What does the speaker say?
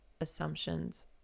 assumptions